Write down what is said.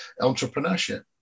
entrepreneurship